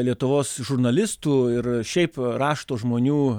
lietuvos žurnalistų ir šiaip rašto žmonių